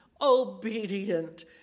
obedient